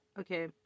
okay